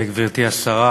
גברתי השרה,